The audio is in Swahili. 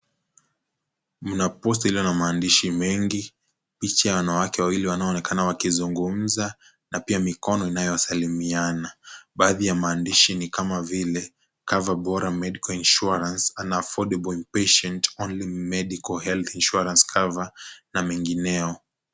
Mna posti iliyo na maandishi mengi, picha ya wanawake wawili wanaonekana wakizungumza na pia mikono inayosalimiana. Baadhi ya maandishi ni kama vile kava bora medical insurance, affordable inpatient only, medical health insurance cover na mengineyo.